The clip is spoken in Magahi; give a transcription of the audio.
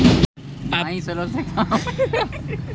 अपने कैसे फसलबा उपजे पर तौलबा करबा होत्थिन?